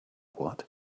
what